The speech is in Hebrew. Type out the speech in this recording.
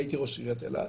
הייתי ראש עיריית אילת,